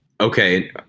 Okay